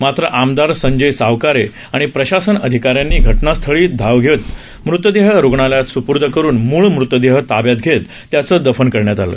मात्र आमदार संजय सावकारे आणि प्रशासन अधिकाऱ्यांनी घटनास्थळी धाव घेत मृतदेह रुग्णालयात सुपूर्द करून मूळ मृतदेह ताब्यात घेत त्याच दफन करण्यात आलं